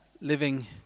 Living